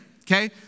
okay